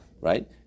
Right